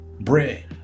bread